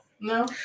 No